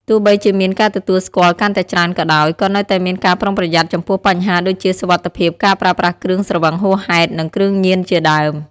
ទោះបីជាមានការទទួលស្គាល់កាន់តែច្រើនក៏ដោយ ក៏នៅតែមានការប្រុងប្រយ័ត្នចំពោះបញ្ហាដូចជា សុវត្ថិភាព ការប្រើប្រាស់គ្រឿងស្រវឹងហួសហេតុ និងគ្រឿងញៀនជាដើម ។